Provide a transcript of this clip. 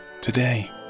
today